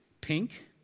pink